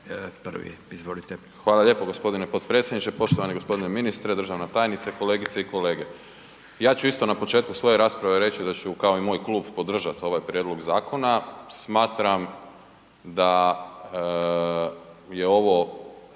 Hvala lijepo g. potpredsjedniče, poštovani g. ministre, državna tajnice, kolegice i kolege. Ja ću isto na početku svoje rasprave reći da ću kao i moj klub podržati ovaj prijedlog zakona, smatram da je ovo